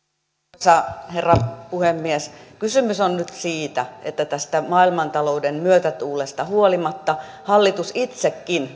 arvoisa herra puhemies kysymys on nyt siitä että tästä maailmantalouden myötätuulesta huolimatta hallitus itsekin